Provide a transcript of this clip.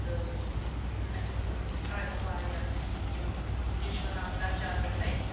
تہٕ اسہِ ٲسۍ تَگان واریاہ یِم ڈِش بناوٕنۍ لکچار پؠٹھے